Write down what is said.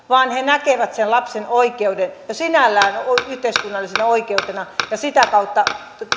asiaa vaan he näkevät sen lapsen oikeuden jo sinällään yhteiskunnallisena oikeutena ja sitä kautta